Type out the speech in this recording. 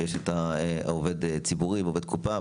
את העובד הציבורי ואת עובד הקופה,